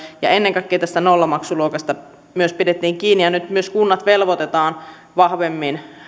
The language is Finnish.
ja ennen kaikkea myös tästä nollamaksuluokasta pidettiin kiinni ja nyt myös kunnat velvoitetaan vahvemmin